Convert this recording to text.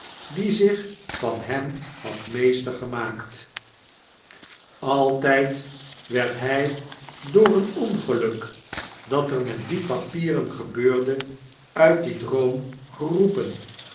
die zich van hem had meester gemaakt altyd werd hy door een ongeluk dat er met die papieren gebeurde uit dien droom geroepen